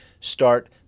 start